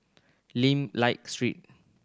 Lim Liak Street